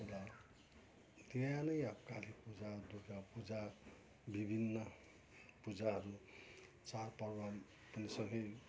र त्यहाँ नै अब काली पूजा दुर्गा पूजा विभिन्न पूजाहरू चाडपर्व पनि सबै